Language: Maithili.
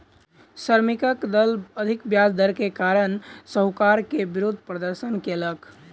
श्रमिकक दल अधिक ब्याज दर के कारण साहूकार के विरुद्ध प्रदर्शन कयलक